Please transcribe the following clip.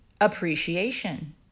appreciation